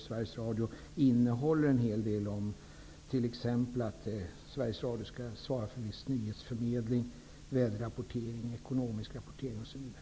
Sveriges Radio innehåller något om att Sveriges Radio skall svara för viss nyhetsförmedling, väderrapportering, ekonomisk rapportering osv.